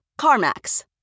CarMax